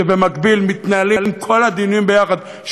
כשבמקביל מתנהלים כל הדיונים יחד,